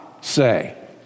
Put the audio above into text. say